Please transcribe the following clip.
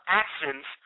actions